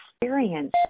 experience